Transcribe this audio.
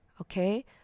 okay